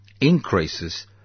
increases